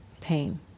pain